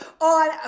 on